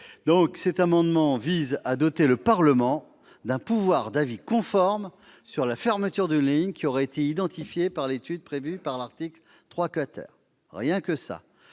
! Cet amendement vise à doter le Parlement d'un pouvoir d'avis conforme sur la fermeture d'une petite ligne, qui aurait été identifiée l'étude prévue à l'article 3. Rien que